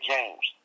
James